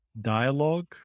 dialogue